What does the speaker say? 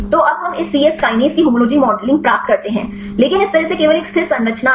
तो अब हम इस सी यस कीनेस की होमोलॉजी मॉडलिंग प्राप्त करते हैं लेकिन इस तरह से केवल एक स्थिर संरचना है